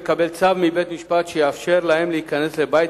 לקבל צו מבית-משפט שיאפשר להם להיכנס לבית